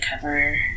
cover